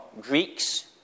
Greeks